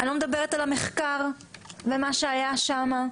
אני לא מדברת על המחקר ומה שהיה שם,